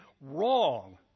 wrong